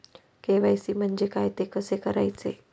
KYC म्हणजे काय? ते कसे करायचे?